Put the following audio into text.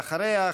אחריה,